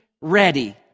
ready